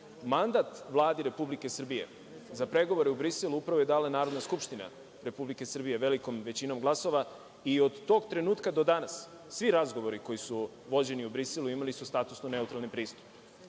Mandat Vladi Republike Srbije za pregovore u Briselu upravo je dala Narodna skupština Republike Srbije, velikom većinom glasova, i od tog trenutka do danas svi razgovori koji su vođeni u Briselu imali su statusno neutralni pristup. Dakle,